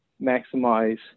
maximize